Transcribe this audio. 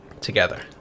together